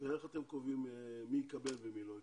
ואיך אתם קובעים מי יקבל ומי לא יקבל?